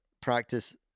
practice